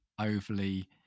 overly